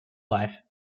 life